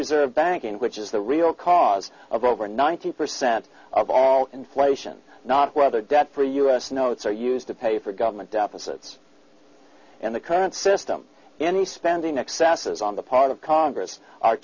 reserve banking which is the real cause of over ninety percent of all inflation not whether debt free us know it's are used to pay for government deficits and the current system any spending excesses on the part of congress are